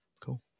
Cool